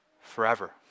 forever